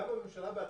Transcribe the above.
גם הממשלה עצמה,